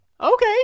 okay